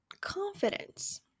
confidence